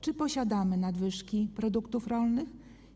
Czy posiadamy nadwyżki produktów rolnych?